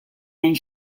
hain